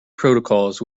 protocols